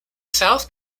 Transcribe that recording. south